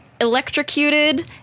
electrocuted